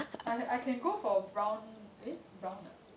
I I can go for brown eh brown ah